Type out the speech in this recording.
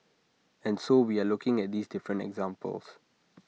and so we are looking at these different examples